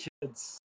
kids